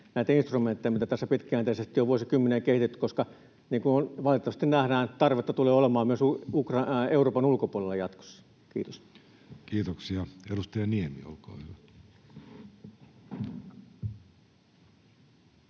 näitä instrumentteja, joita tässä pitkäjänteisesti jo vuosikymmen on kehitetty, koska, niin kuin valitettavasti nähdään, tarvetta tulee olemaan myös Ukrainan ja Euroopan ulkopuolella jatkossa. Kiitoksia. — Edustaja Niemi, olkaa hyvä.